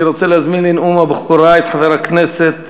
אני רוצה להזמין לנאום הבכורה את חבר הכנסת